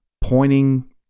pointing